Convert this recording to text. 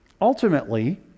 Ultimately